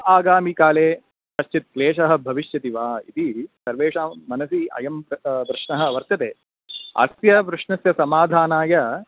आगामिकाले कश्चित् क्लेशः भविष्यति वा इति सर्वेषां मनसि अयं प्रश्नः वर्तते अस्य प्रश्नस्य समाधानाय